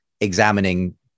examining